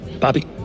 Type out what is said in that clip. Bobby